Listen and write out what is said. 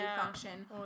Function